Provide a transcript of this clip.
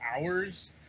hours